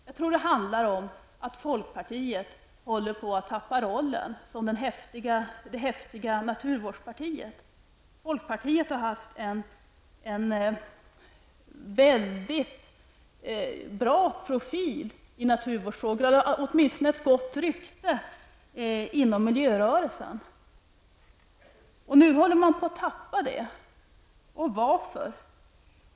Jag tror att det handlar om att folkpartiet håller på att tappa rollen som det häftiga naturvårdspartiet. Folkpartiet har haft en väldigt bra profil i naturvårdsfrågor, åtminstone ett gott rykte inom miljörörelsen. Nu håller man på att tappa detta rykte. Varför?